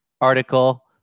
article